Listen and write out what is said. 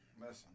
listen